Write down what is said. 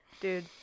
dude